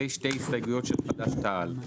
שתי הסתייגויות של חד"ש-תע"ל.